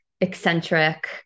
eccentric